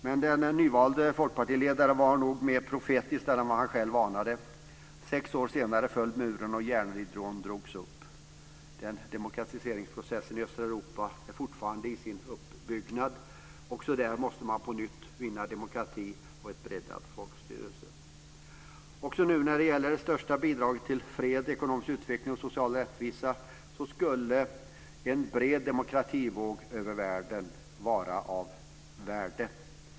Men den nyvalde folkpartiledaren var nog mer profetisk än vad han själv anade. Sex år senare föll muren, och järnridån "drogs upp". Den demokratiseringsprocessen i östra Europa är fortfarande i sin uppbyggnad. Också där måste man på nytt vinna demokrati och ett breddat folkstyre. Också nu gäller att det största bidraget till fred, ekonomisk utveckling och social rättvisa skulle vara en bred demokrativåg över världen.